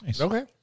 Okay